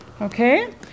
okay